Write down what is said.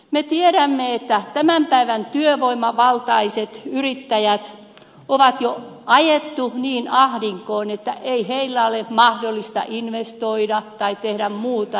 me tiedämme että tämän päivän työvoimavaltaiset yrittäjät on jo ajettu niin ahdinkoon että ei heillä ole mahdollista investoida tai tehdä muuta